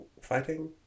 fighting